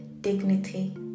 dignity